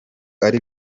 ari